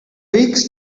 weeks